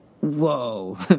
Whoa